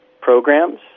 programs